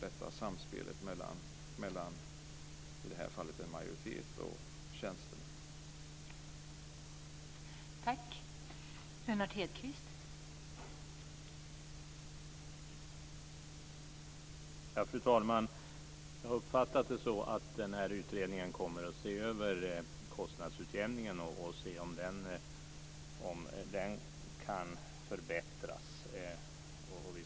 Detta samspel mellan, i det här fallet, en majoritet och tjänstemän kan vara en känslig affär.